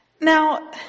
Now